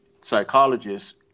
psychologist